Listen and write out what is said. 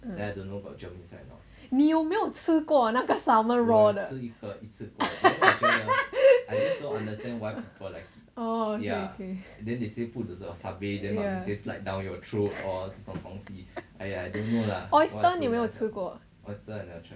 ah 你有没有吃过那个 salmon raw 的 oh okay okay ya oyster 你有没有吃过